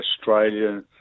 Australia